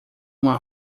uma